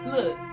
Look